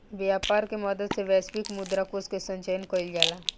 व्यापर के मदद से वैश्विक मुद्रा कोष के संचय कइल जाला